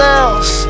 else